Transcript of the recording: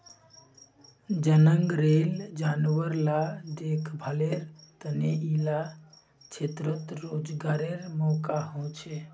जनगलेर जानवर ला देख्भालेर तने इला क्षेत्रोत रोज्गारेर मौक़ा होछे